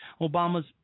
Obama's